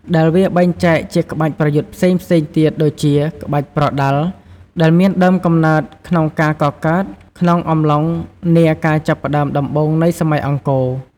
ដែលវាបែងចែកជាក្បាច់ប្រយុទ្ធផ្សេងៗទៀតដូចជា ក្បាច់ប្រដាល់ ដែលមានដើមកំណើតក្នុងការកកើតក្នុងអំឡុងនាការចាប់ផ្ដើមដំបូងនៃសម័យអង្គរ ។